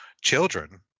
children